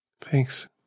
Thanks